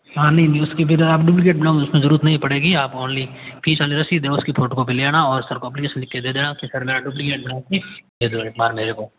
हाँ नहीं नहीं उसके बिना डूब्लीकैट बनाओगे उसकी जरूरत नहीं पड़ेगी ऑनली फीस वाली रशीद है उसकी फोटोकॉपी ले आना और सर को अप्लीकेशन लिख के दे देना कि सर मेरा डूब्लीकैट बना दीजिए एक बार मेरे को